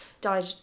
died